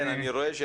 כן, אני רואה.